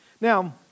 Now